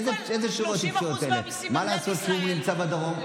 מה לעשות שהוא נמצא בדרום?